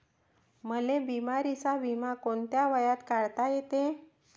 मले बिमारीचा बिमा कोंत्या वयात काढता येते?